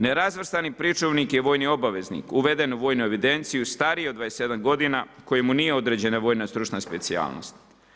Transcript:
Nerazvrstani pričuvnik je vojni obavezanik uveden u vojnoj evidenciji, stariji od 27 g. kojemu nije određena vojna stručna specijalnost.